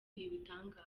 ibitangaza